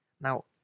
Now